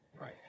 Right